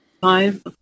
five